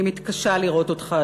אני מתקשה לראות אותך,